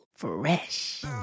fresh